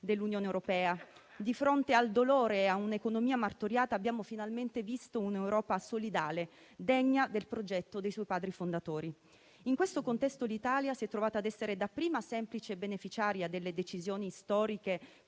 dell'Unione europea. Di fronte al dolore e ad un'economia martoriata, abbiamo finalmente visto un'Europa solidale, degna del progetto dei suoi padri fondatori. In questo contesto, l'Italia si è trovata ad essere dapprima semplice beneficiaria delle decisioni storiche